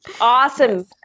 Awesome